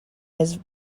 his